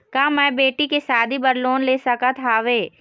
का मैं बेटी के शादी बर लोन ले सकत हावे?